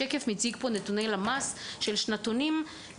השקף מציג נתוני למ"ס של שנתונים.